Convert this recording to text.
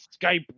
Skype